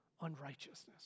unrighteousness